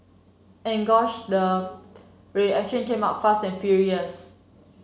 and gosh the reaction came out fast and furious